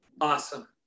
Awesome